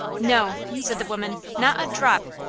no, said the woman, not a drop!